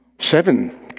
seven